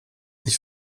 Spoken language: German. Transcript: ich